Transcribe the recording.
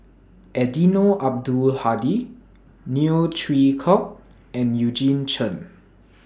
Eddino Abdul Hadi Neo Chwee Kok and Eugene Chen